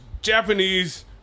Japanese